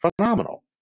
phenomenal